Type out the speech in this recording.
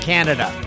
Canada